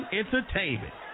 entertainment